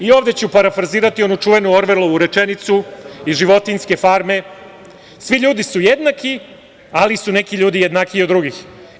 I, ovde ću parafrazirati onu čuvenu Orverlovu rečenicu iz „Životinjske farme“ - svi ljudi su jednaki, ali su neki ljudi jednakiji od drugih.